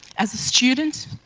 as a student,